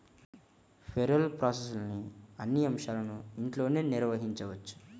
payroll ప్రాసెస్లోని అన్ని అంశాలను ఇంట్లోనే నిర్వహించవచ్చు